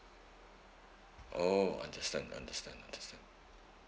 orh understand understand understand